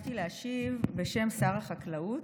התבקשתי להשיב בשם שר החקלאות.